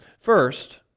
First